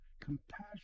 Compassion